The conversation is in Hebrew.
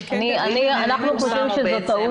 אנחנו חושבים שזאת טעות.